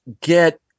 get